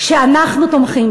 תאמין לי שאנחנו תומכים.